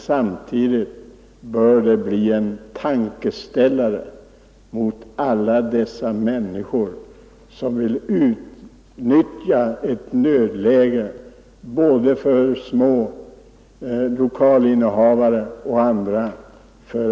Samtidigt bör det bli en tankeställare till alla de människor som vill utnyttja ett nödläge för små lokalinnehavare.